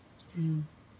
mm